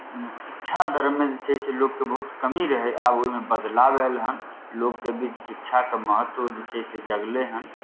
शिक्षा दरमे जे छै से लोकके बहुत कमी रहय आब ओहिमे बदलाव आयल हन लोकके बीच शिक्षाके महत्व जे छै से जगलै हन